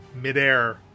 midair